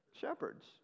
Shepherds